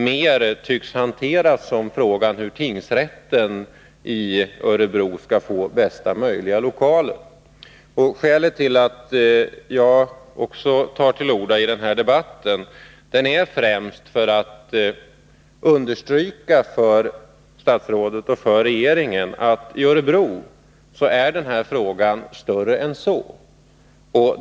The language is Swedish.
Jag tycker att jag fått detta bekräftat, när jag tagit del av statsrådets svar. Det främsta skälet till att även jag tar till orda i den här debatten är att jag vill understryka för statsrådet och för regeringen att i Örebro är den här frågan större än så.